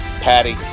Patty